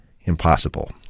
impossible